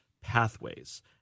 pathways